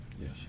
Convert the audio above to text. Yes